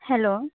hello